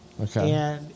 Okay